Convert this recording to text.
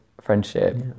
friendship